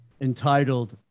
entitled